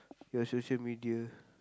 your social-media